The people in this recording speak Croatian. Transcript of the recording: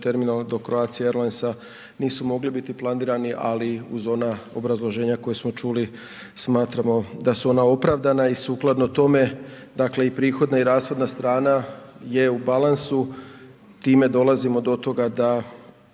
terminala do Croatia airlinesa nisu mogli biti planirani, ali uz ona obrazloženja koja smo čuli smatramo da su ona opravdana i sukladno tome dakle i prihodna i rashodna strana je u balansu, time dolazimo do toga da